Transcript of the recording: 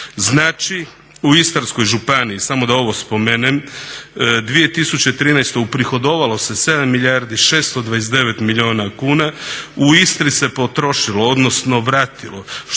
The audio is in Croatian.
Znači u Istarskoj županiji samo da ovo spomenem 2013.uprihodovalo se 7 milijardi 629 milijuna kuna, u Istri se potrošilo odnosno vratilo